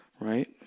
right